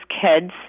kids